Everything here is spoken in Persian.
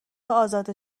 ازاده